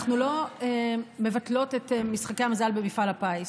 אנחנו לא מבטלות את משחקי המזל במפעל הפיס